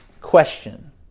question